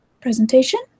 presentation